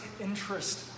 interest